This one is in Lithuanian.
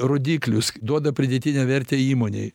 rodiklius duoda pridėtinę vertę įmonei